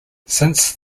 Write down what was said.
since